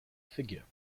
figure